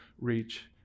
reach